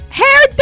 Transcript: hair